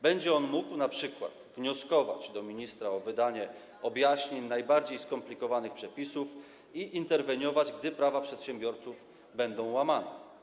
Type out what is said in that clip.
Będzie on mógł np. wnioskować do ministra o wydanie objaśnień najbardziej skomplikowanych przepisów i interweniować, gdy prawa przedsiębiorców będą łamane.